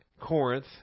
Corinth